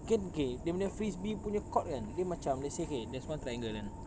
kan okay dia punya frisbee punya court kan dia macam let's say okay there's one triangle kan